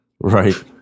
Right